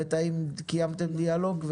ב', האם קיימתם דיאלוג?